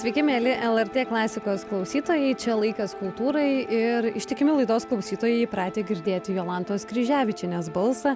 sveiki mieli lrt klasikos klausytojai čia laikas kultūrai ir ištikimi laidos klausytojai įpratę girdėti jolantos kryževičienės balsą